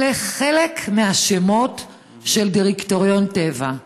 אלה חלק מהשמות של דירקטוריון טבע.